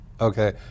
okay